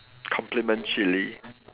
complement chili